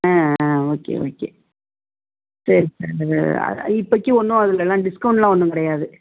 ஆ ஆ okay okay சரி sir இப்பைக்கு ஒன்றும் அதுலலாம் டிஸ்கவுண்ட்லாம் ஒன்றும் கிடையாது